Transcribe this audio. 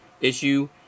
issue